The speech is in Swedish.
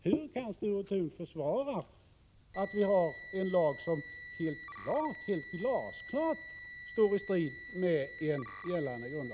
Hur kan Sture Thun försvara att vi har en lag som helt står i strid med en gällande grundlagsbestämmelse?